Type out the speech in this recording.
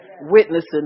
witnessing